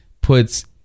puts